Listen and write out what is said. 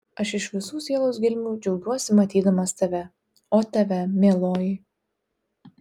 aš iš visų sielos gelmių džiaugiuosi matydamas tave o tave mieloji